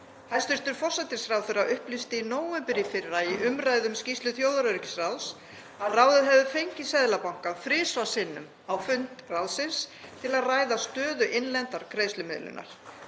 Hæstv. forsætisráðherra upplýsti í nóvember í fyrra í umræðum um skýrslu þjóðaröryggisráðs að ráðið hefði fengið Seðlabankann þrisvar sinnum á fund sinn til að ræða stöðu innlendrar greiðslumiðlunar.